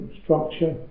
structure